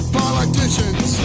politicians